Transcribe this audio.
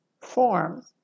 form